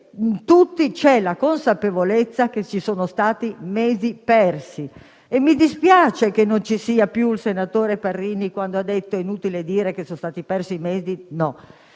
in tutti c'è la consapevolezza che ci sono stati mesi persi. E mi dispiace che non sia ora presente il senatore Parrini, che ha detto che è inutile dire che sono stati persi mesi. No.